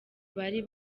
bari